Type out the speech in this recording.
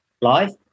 life